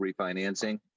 refinancing